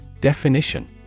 Definition